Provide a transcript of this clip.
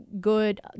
good